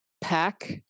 pack